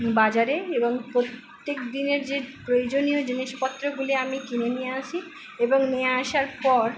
বাজারে এবং প্রত্যেক দিনের যে প্রয়োজনীয় জিনিসপত্রগুলি আমি কিনে নিয়ে আসি এবং নিয়ে আসার পর